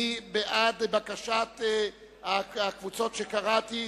מי בעד בקשת הקבוצות שקראתי